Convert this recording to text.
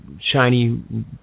shiny